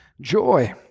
joy